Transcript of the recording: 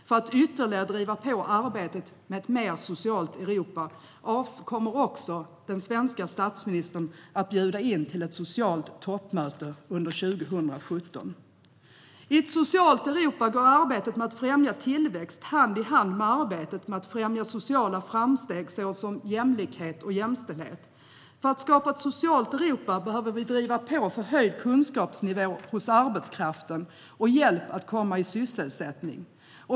För att ytterligare driva på arbetet med ett mer socialt Europa kommer den svenska statsministern att bjuda in till ett socialt toppmöte under 2017. I ett socialt Europa går arbetet med att främja tillväxt hand i hand med arbetet med att främja sociala framsteg, såsom jämlikhet och jämställdhet. För att skapa ett socialt Europa behöver vi driva på för höjd kunskapsnivå hos arbetskraften och hjälp att komma i sysselsättning.